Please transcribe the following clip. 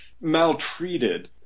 maltreated